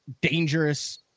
dangerous